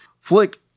flick